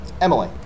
Emily